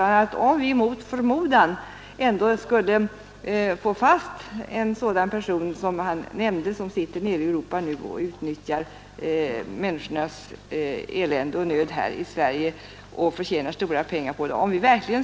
Antag att vi mot förmodan skulle få fast en sådan person som han nämnde, alltså en person som opererar ute i Europa och utnyttjar människors elände och nöd här i Sverige och förtjänar stora pengar på sin verksamhet.